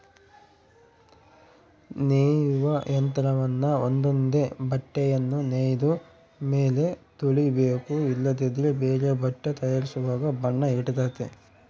ನೇಯುವ ಯಂತ್ರವನ್ನ ಒಂದೊಂದೇ ಬಟ್ಟೆಯನ್ನು ನೇಯ್ದ ಮೇಲೆ ತೊಳಿಬೇಕು ಇಲ್ಲದಿದ್ದರೆ ಬೇರೆ ಬಟ್ಟೆ ತಯಾರಿಸುವಾಗ ಬಣ್ಣ ಹಿಡಿತತೆ